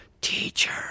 Teacher